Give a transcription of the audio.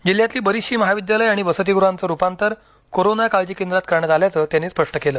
जिल्ह्यातली बरीचशी महाविद्यालयं आणि वसतिगृहांचं रूपांतर कोरोना काळजी केंद्रात करण्यात आल्याचं त्यांनी स्पष्ट केलं